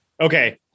Okay